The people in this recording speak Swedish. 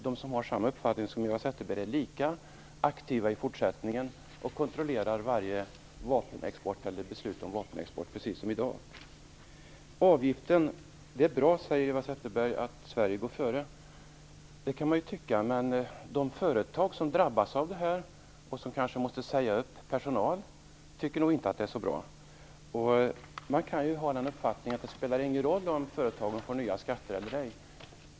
De som har samma uppfattning som Eva Zetterberg kommer nog att vara lika aktiva i fortsättningen och att kontrollera varje vapenexport eller beslut om vapenexport precis som i dag. Eva Zetterberg säger att det är bra att Sverige går före när det gäller avgiften, och det kan man ju tycka. Men de företag som drabbas och som kanske måste säga upp personal tycker nog inte att det är så bra. Man kan också ha uppfattningen att det inte spelar någon roll om företagen får nya skatter eller ej.